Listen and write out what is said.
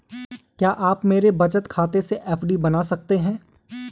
क्या आप मेरे बचत खाते से एफ.डी बना सकते हो?